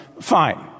fine